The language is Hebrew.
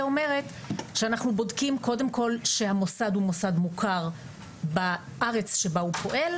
אומרת שאנחנו בודקים קודם כל שהמוסד הוא מוסד מוכר בארץ שבה הוא פועל.